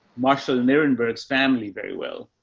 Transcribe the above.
marshall nierenberg's family very well.